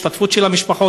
ההשתתפות של המשפחות,